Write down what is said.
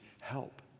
help